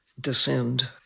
descend